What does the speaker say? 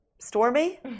stormy